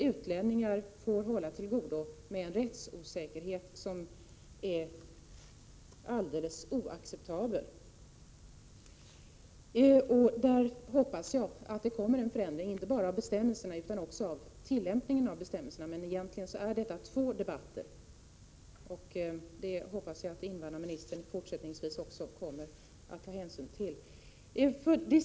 Utlänningarna får hålla till godo med en rättsosäkerhet som är helt oacceptabel. Jag hoppas att det kommer till stånd en förändring — inte bara av bestämmelserna utan också av tillämpningen av bestämmelserna. Detta är egentligen två olika debatter. Jag hoppas att invandrarministern fortsättningsvis också kommer att ta hänsyn till det.